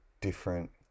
different